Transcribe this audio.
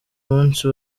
munsi